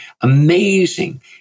amazing